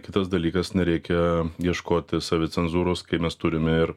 kitas dalykas nereikia ieškoti savicenzūros kai mes turime ir